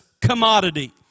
commodity